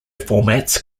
formats